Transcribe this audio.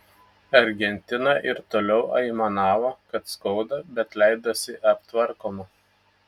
argentina ir toliau aimanavo kad skauda bet leidosi aptvarkoma